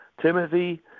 Timothy